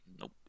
nope